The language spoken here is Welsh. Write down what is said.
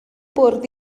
bwrdd